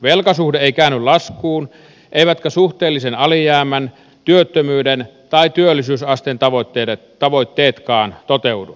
velkasuhde ei käänny laskuun eivätkä suhteellisen alijäämän työttömyyden tai työllisyysasteen tavoitteetkaan toteudu